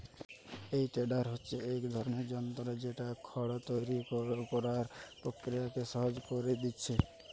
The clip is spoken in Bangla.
এই টেডার হচ্ছে এক ধরনের যন্ত্র যেটা খড় তৈরি কোরার প্রক্রিয়াকে সহজ কোরে দিয়েছে